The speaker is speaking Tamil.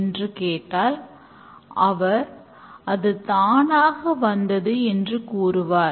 என்று கேட்டால் அவர் அது தானாக வந்தது என்று கூறுவார்